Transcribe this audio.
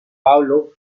pablo